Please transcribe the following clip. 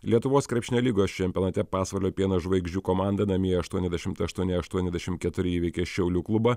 lietuvos krepšinio lygos čempionate pasvalio pieno žvaigždžių komanda namie aštuoniasdešimt aštuoni aštuoniasdešim keturi įveikė šiaulių klubą